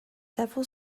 several